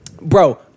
Bro